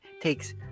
takes